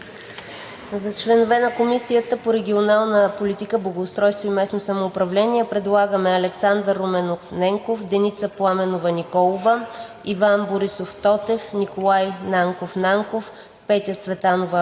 За членове на Комисията по регионална политика, благоустройство и местно самоуправление предлагаме Александър Руменов Ненков, Деница Пламенова Николова, Иван Борисов Тотев, Николай Нанков Нанков,